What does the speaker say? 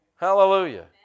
Hallelujah